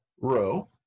row